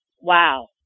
wow